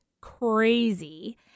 crazy